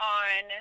on